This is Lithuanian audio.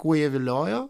kuo jie viliojo